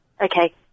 Okay